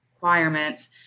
requirements